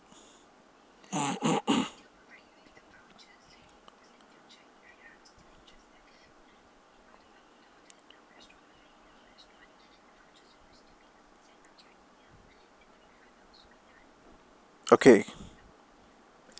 okay